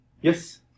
Yes